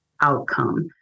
outcome